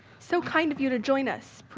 so kind of you to join us,